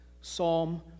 Psalm